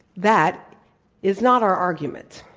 that is not our argument.